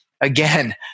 again